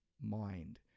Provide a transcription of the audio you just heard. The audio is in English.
mind